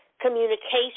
communication